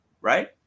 right